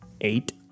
Eight